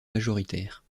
majoritaire